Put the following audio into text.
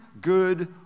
good